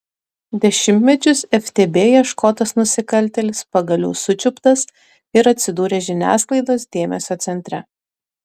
dešimtmečius ftb ieškotas nusikaltėlis pagaliau sučiuptas ir atsidūrė žiniasklaidos dėmesio centre